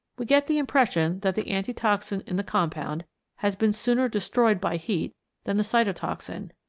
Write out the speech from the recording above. we get the impression that the antitoxin in the com pound has been sooner destroyed by heat than the cytotoxin,